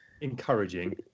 encouraging